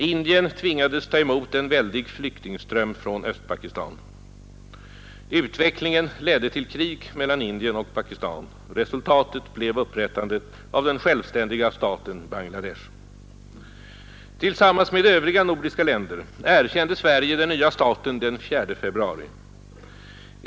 Indien tvingades ta emot en väldig flyktingström från Östpakistan. Utvecklingen ledde till krig mellan Indien och Pakistan. Resultatet blev upprättandet av den självständiga staten Bangladesh. Tillsammans med övriga nordiska länder erkände Sverige den nya staten den 4 februari.